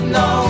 no